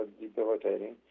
debilitating